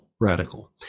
radical